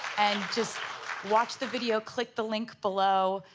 and just watch the video. click the link below.